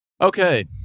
Okay